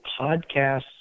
podcasts